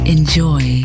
Enjoy